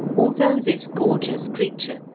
although this gorgeous creature,